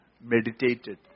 meditated